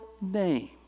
name